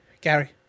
Gary